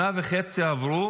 שנה וחצי עברו